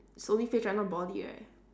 it's only face right not body right